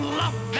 love